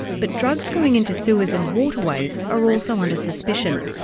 but drugs going into sewers and waterways are also under suspicion.